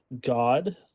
God